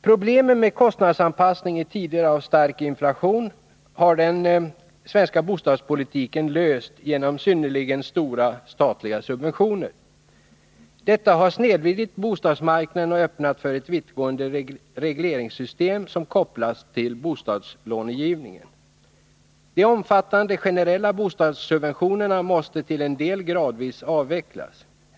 Problemen med kostnadsanpassning i tider av stark inflation har den svenska bostadspolitiken löst genom synnerligen stora statliga subventioner. Detta har snedvridit bostadsmarknaden och öppnat för ett vittgående regleringssystem som kopplats till bostadslångivningen. De omfattande generella bostadssubventionerna måste till en del gradvis avvecklas.